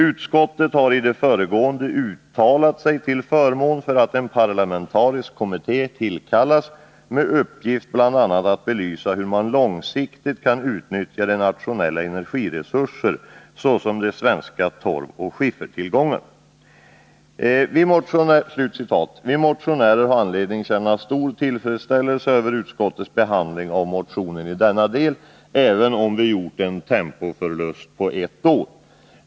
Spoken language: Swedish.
Utskottet har i det föregående uttalat sig till förmån för att en parlamentarisk kommitté tillkallas med uppgift bl.a. att belysa hur man långsiktigt kan utnyttja nationella energiresurser såsom de svenska torvoch skiffertillgångarna.” Vi motionärer har anledning att känna stor tillfredsställelse över utskottets behandling av motionen i denna del, även om vi gjort en tempoförlust på ett år.